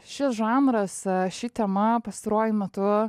šis žanras ši tema pastaruoju metu